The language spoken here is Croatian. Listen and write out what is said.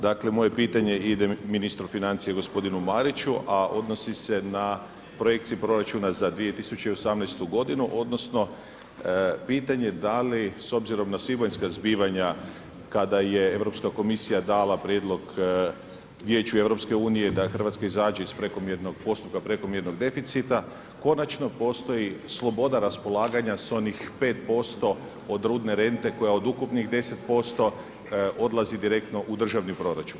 Dakle, moje pitanje ide ministru financija gospodinu Mariću, a odnosi se na projekcije proračuna za 2018. godinu, odnosno pitanje da li s obzirom na svibanjska zbivanja kada je Europska komisija dala prijedlog Vijeću EU da Hrvatska izađe iz prekomjernog postupka prekomjernog deficita konačno postoji sloboda raspolaganja sa onih pet posto od rudne rente koja od ukupnih deset posto odlazi direktno u državni proračun.